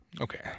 Okay